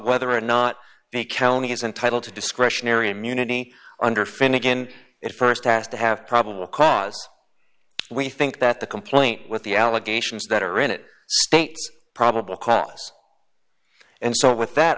whether or not the county is entitled to discretionary immunity under finnigan it st asked to have probable cause we think that the complaint with the allegations that are in it states probable cause and so with that